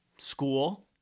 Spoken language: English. school